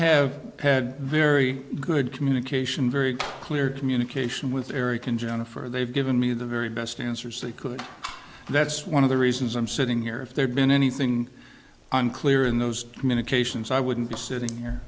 have had very good communication very clear communication with terri can jennifer they've given me the very best answers they could and that's one of the reasons i'm sitting here if there been anything unclear in those communications i wouldn't be sitting here